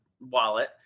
wallet